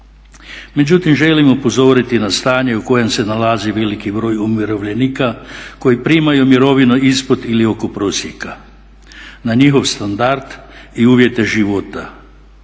Međutim želim upozoriti na stanje u kojem se nalazi veliki broj umirovljenika koji primaju mirovinu ispod ili oko prosjeka, na njihov standard i uvjete života.